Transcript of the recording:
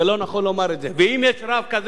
הרבנות הפקיעה את הסמכות הזו ממנו,